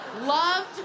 loved